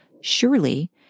Surely